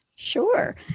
Sure